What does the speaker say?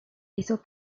hizo